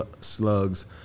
Slugs